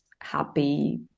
happy